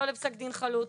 לא לפסק דין חלוט,